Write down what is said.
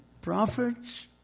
prophets